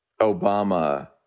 Obama